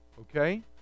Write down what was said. Okay